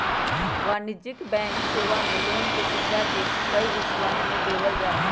वाणिज्यिक बैंक सेवा मे लोन के सुविधा के कई हिस्सवन में देवल जाहई